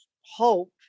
hope